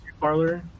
parlor